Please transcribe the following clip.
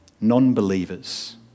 non-believers